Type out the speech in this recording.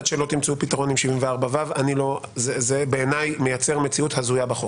עד שלא תמצאו פתרון עם 74ו זה בעיניי מייצר מציאות הזויה בחוק,